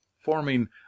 forming